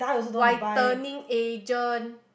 whitening agent